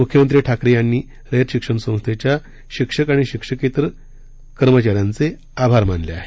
मूख्यमंत्री ठाकरे यांनी रयत शिक्षण संस्थेच्या शिक्षक आणि शिक्षकेतर कर्मचाऱ्यांचे आभार मानले आहेत